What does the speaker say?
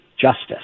justice